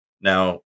Now